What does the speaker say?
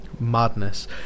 Madness